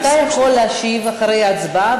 אתה יכול להשיב אחרי ההצבעה,